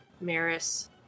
Maris